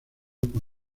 con